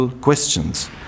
questions